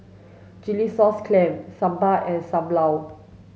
chilli sauce clams sambal and Sam Lau